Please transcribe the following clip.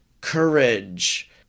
courage